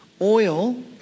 oil